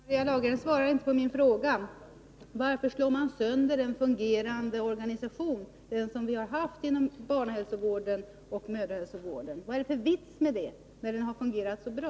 Herr talman! Maria Lagergren svarar inte på min fråga: Varför slår man sönder en fungerande organisation, den som vi har haft inom barnhälsovården och mödrahälsovården? Vad är det för vits med det, när den har fungerat så bra?